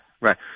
right